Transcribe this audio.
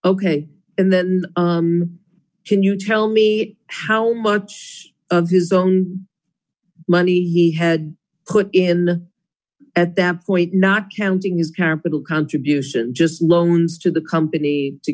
ok and then can you tell me how much of his own money he had put in at that point not counting his charitable contributions just loans to the company to